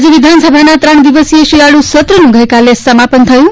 રાજ્ય વિધાનસભાના ત્રણ દિવસીય શિયાળુ સત્રનું સમાપન થયું